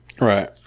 Right